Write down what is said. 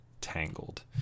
Tangled